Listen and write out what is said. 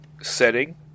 setting